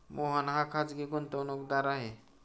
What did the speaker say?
मोहन हा खाजगी गुंतवणूकदार आहे